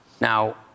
Now